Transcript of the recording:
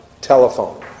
telephone